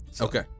Okay